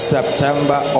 September